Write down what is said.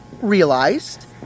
realized